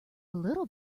little